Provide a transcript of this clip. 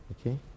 okay